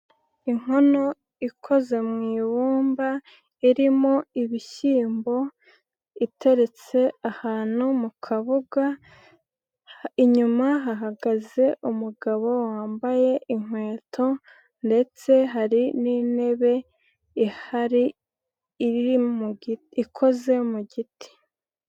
Inkono ikoze mu ibumba, irimo ibishyimbo iteretse ahantu mu kabuga, inyuma hahagaze umugabo wambaye inkweto ndetse hari n'intebe ihari, ikoze mu giti.